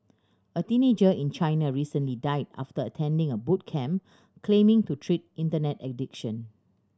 a teenager in China recently died after attending a boot camp claiming to treat Internet addiction